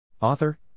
Author